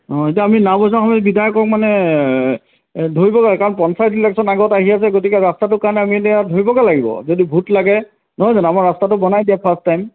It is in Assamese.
অঁ এতিয়া আমি নাওবৈচা সমষ্টিৰ বিধায়কক মানে ধৰিব লাগে কাৰণ পঞ্চায়ত ইলেকচন আগত আহি আছে গতিকে ৰাস্তাটো কাৰণে আমি এতিয়া ধৰিবকে লাগিব যদি ভোট লাগে নহয় জানো আমাৰ ৰাস্তাটো বনাই দিয়ক ফাৰ্ষ্ট টাইম